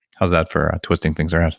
how's that for twisting things around?